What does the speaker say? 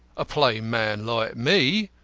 a plain man like me,